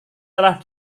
telah